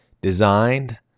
Designed